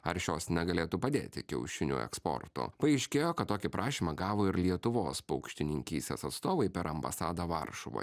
ar šios negalėtų padėti kiaušinių eksportu paaiškėjo kad tokį prašymą gavo ir lietuvos paukštininkystės atstovai per ambasadą varšuvoj